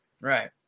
Right